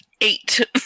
Eight